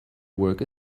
work